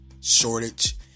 shortage